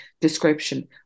description